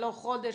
לא חודש,